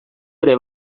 ere